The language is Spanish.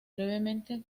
brevemente